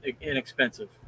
inexpensive